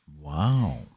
Wow